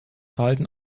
verhalten